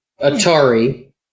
Atari